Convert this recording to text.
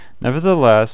Nevertheless